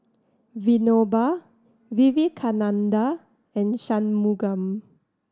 Vinoba Vivekananda and Shunmugam